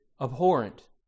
abhorrent